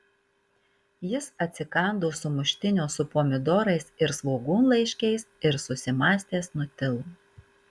jis atsikando sumuštinio su pomidorais ir svogūnlaiškiais ir susimąstęs nutilo